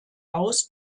aus